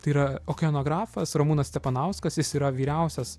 tai yra okeanografas ramūnas stepanauskas jis yra vyriausias